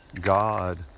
God